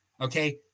okay